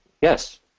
yes